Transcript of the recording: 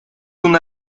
una